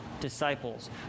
disciples